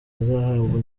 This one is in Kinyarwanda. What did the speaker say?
azahabwa